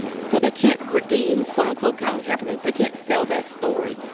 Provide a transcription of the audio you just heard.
so they can't redeem, quote, unquote, colin kaepernick. they can't sell that story.